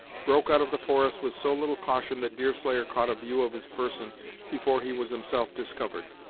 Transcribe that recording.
broke out of the forest with so little caution that deerslayer caught a view of his person before he was himself discovered.